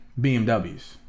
BMWs